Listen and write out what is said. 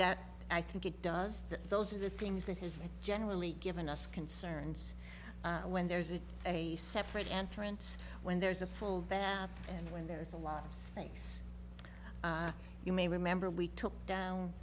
that i think it does that those are the things that has generally given us concerns when there's a separate entrance when there's a full bath and when there's a lot of space you may remember we took down